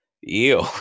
ew